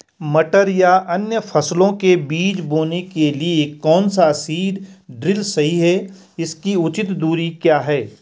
मटर या अन्य फसलों के बीज बोने के लिए कौन सा सीड ड्रील सही है इसकी उचित दूरी क्या है?